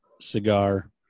cigar